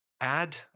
add